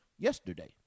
Yesterday